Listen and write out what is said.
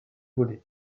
volés